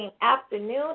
afternoon